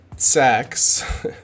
sex